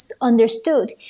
understood